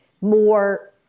more